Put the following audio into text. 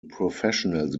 professionals